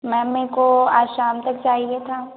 ma'am मेरे को आज शाम तक चाहिए था